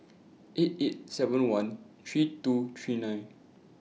eight eight seven one three two three nine